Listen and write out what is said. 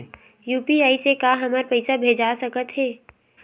UPI से का हमर पईसा भेजा सकत हे?